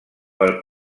per